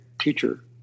teacher